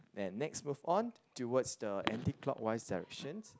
then next move on towards the anti clockwise direction